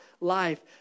life